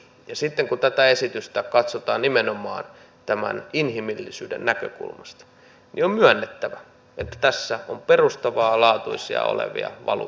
ja sitten kun tätä esitystä katsotaan nimenomaan inhimillisyyden näkökulmasta niin on myönnettävä että tässä on perustavanlaatuisia valuvikoja